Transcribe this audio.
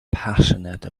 passionate